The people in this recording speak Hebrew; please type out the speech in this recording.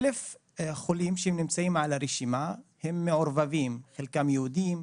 1,000 חולים שנמצאים ברשימה הם מעורבבים: חלקם יהודים,